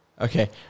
Okay